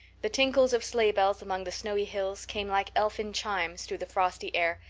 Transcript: the tinkles of sleigh bells among the snowy hills came like elfin chimes through the frosty air,